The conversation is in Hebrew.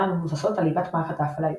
המבוססות על ליבת מערכת ההפעלה יוניקס.